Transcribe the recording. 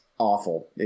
Awful